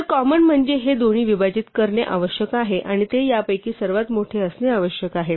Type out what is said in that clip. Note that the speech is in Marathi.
तर कॉमन म्हणजे हे दोन्ही विभाजित करणे आवश्यक आहे आणि ते यापैकी सर्वात मोठे असणे आवश्यक आहे